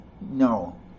no